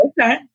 Okay